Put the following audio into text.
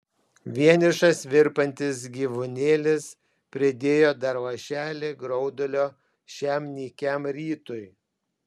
vienišas virpantis gyvūnėlis pridėjo dar lašelį graudulio šiam nykiam rytui